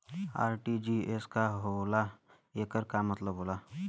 RTGS का होला एकर का मतलब होला?